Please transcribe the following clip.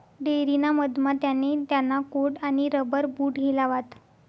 dairy ना मधमा त्याने त्याना कोट आणि रबर बूट हिलावात